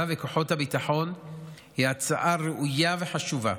וכוחות הביטחון היא הצעה ראויה וחשובה,